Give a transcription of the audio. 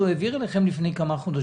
אליכם לפני כמה חודשים.